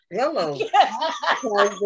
Hello